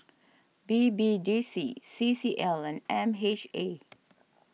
B B D C C C L and M H A